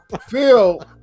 Phil